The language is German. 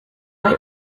bei